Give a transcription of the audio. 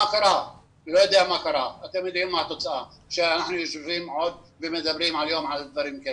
אתם יודעים מה התוצאה והתוצאה היא שאנחנו יושבים היום ומדברים על הנושא.